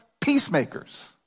peacemakers